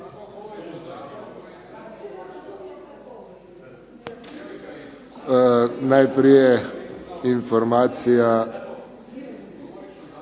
Najprije informacija